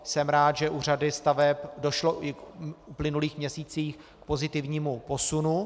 Jsem rád, že u řady staveb došlo i v uplynulých měsících k pozitivnímu posunu.